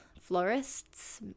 florists